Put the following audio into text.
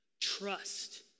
trust